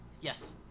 Yes